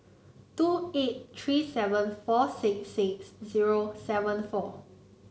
two eight three seven four six six zero seven four